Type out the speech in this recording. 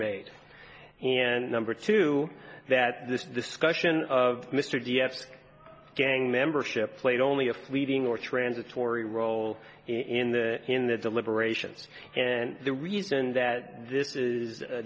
made number two that this discussion of mr d f s gang membership played only a fleeting or transitory role in the in the deliberations and the reason that this is